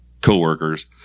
coworkers